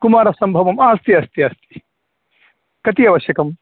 कुमारसम्भवम् आम् अस्ति अस्ति अस्ति कति आवश्यकं